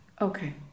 Okay